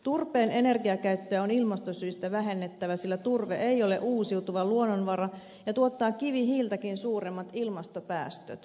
turpeen energiakäyttöä on ilmastosyistä vähennettävä sillä turve ei ole uusiutuva luonnonvara ja tuottaa kivihiiltäkin suuremmat ilmastopäästöt